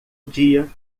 dia